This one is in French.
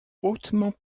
hautement